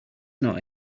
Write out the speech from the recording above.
not